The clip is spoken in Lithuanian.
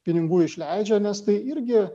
pinigų išleidžia nes tai irgi